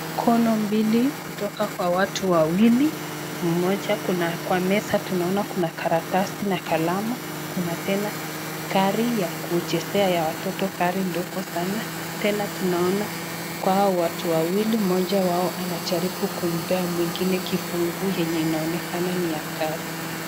Mkono mbili kutoka kwa watu wawili mmoja kuna kwa meza tunaona karatasi na kalamu .Kuna tena gari ya kuchezea ya watoto gari ndogo sana .Tena tunaona kwa hao watu wawili mmoja wao anajaribu kumpea mwingine kifungu yenye inaonekana ni ya gari.